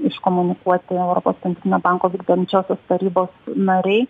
iškomunikuoti europos centrinio banko vykdančiosios tarybos nariai